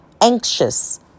anxious